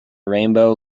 rainbow